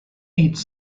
eats